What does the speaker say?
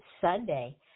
Sunday